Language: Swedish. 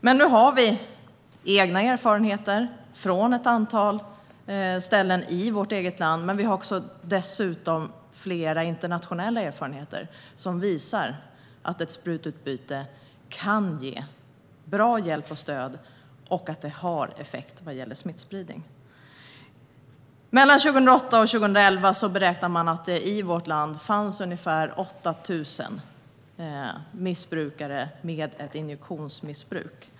Men nu har vi egna erfarenheter från ett antal ställen i vårt eget land, och det finns dessutom flera internationella erfarenheter som visar att ett sprututbyte kan ge bra hjälp och stöd och att det har effekt när det gäller smittspridning. Mellan 2008 och 2011 beräknar man att det i vårt land fanns ungefär 8 000 missbrukare med ett injektionsmissbruk.